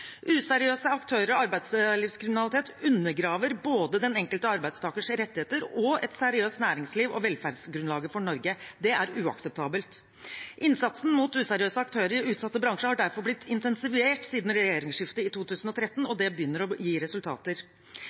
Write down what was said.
Useriøse aktører og arbeidslivskriminalitet undergraver både den enkelte arbeidstakers rettigheter og et seriøst næringsliv og velferdsgrunnlaget for Norge. Det er uakseptabelt. Innsatsen mot useriøse aktører i utsatte bransjer har derfor blitt intensivert siden regjeringsskiftet i 2013, og det begynner å gi resultater.